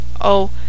Oh